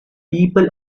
people